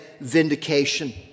vindication